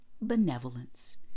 benevolence